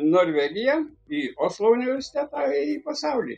norvegija į oslo universitetą į pasaulį